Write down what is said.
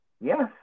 Yes